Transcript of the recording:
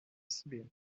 sibérie